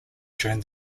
during